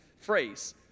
phrase